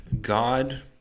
God